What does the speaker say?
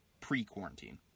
pre-quarantine